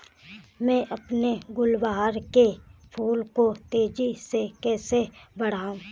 मैं अपने गुलवहार के फूल को तेजी से कैसे बढाऊं?